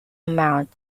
amount